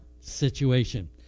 situation